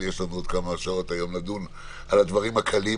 יש לנו עוד כמה שעות היום לדון על הדברים הקלים,